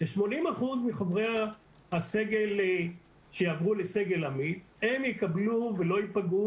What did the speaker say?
80% מחברי הסגל שיעבור לסגל עמית הם יקבלו ולא ייפגעו.